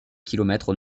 kilomètres